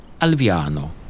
Alviano